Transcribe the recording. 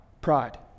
pride